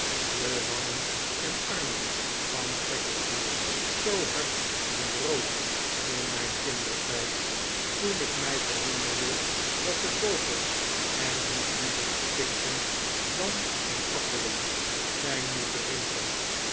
de wangen en armen van peggotty zoo hard en rood in mijn kindertijd toen ik mij verwonderde dat de vogels er niet liever in pikten dan in appelen zijn nu gerimpeld